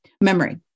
memory